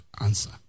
Answer